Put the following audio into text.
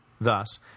Thus